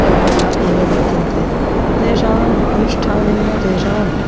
कर्मणः एव वर्तन्ते तेषाम् अनुष्ठानेन तेषां